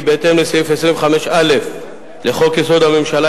כי בהתאם לסעיף 25(א) לחוק-יסוד: הממשלה,